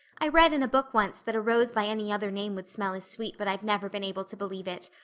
i read in a book once that a rose by any other name would smell as sweet, but i've never been able to believe it.